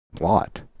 lot